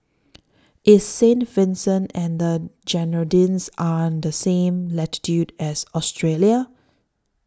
IS Saint Vincent and The Grenadines Are on The same latitude as Australia